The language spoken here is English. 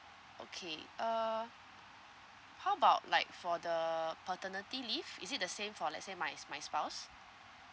okay uh how about like for the paternity leave is it the same for let's say my my spouse